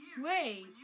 Wait